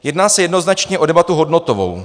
Jedná se jednoznačně o debatu hodnotovou.